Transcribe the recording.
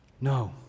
No